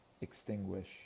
Extinguish